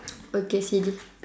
okay silly